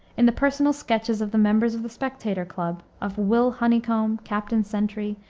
in the personal sketches of the members of the spectator club, of will honeycomb, captain sentry,